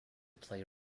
play